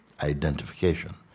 identification